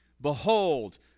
Behold